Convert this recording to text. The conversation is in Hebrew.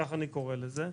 ככה אני קורא לזה,